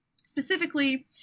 specifically